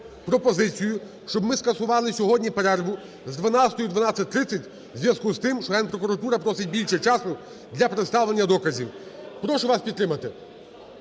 пропозицію, щоб ми скасували сьогодні перерву з 12:00 до 12:30 у зв'язку з тим, що Генпрокуратура просить більше часу для представлення доказів. Прошу вас підтримати.